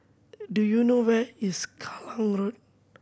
do you know where is Kallang Road